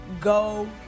go